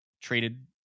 Traded